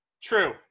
true